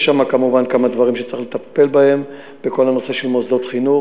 יש שם כמובן כמה דברים שצריך לטפל בהם בכל הנושא של מוסדות חינוך,